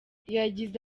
yagize